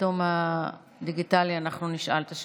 בתום הדיגיטלי אנחנו נשאל את השמות.